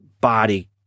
body